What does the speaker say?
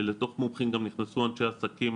שלתוך מומחים נכנסו גם אנשי עסקים,